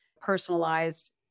personalized